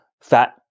fat